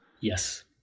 Yes